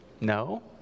No